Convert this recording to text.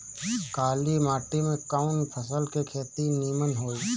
काली माटी में कवन फसल के खेती नीमन होई?